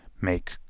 make